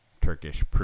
Turkish